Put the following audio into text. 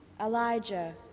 Elijah